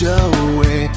away